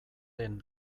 ren